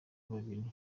babiri